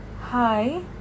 Hi